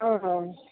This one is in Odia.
ହଁ ହଁ